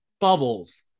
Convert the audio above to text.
Bubbles